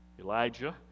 Elijah